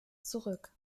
zurück